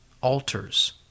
altars